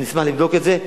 אני אשמח לבדוק את זה.